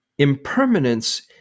Impermanence